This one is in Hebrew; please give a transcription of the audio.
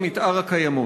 הסתייגויות.